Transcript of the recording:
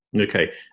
okay